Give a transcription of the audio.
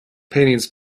paintings